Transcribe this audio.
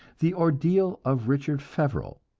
the ordeal of richard feverel,